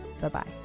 bye-bye